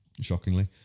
shockingly